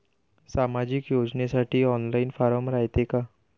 सामाजिक योजनेसाठी online form रायते का?